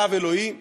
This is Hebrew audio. כצו אלוהי.